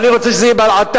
אני רוצה שזה יהיה בהלעטה,